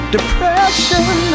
Depression